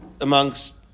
amongst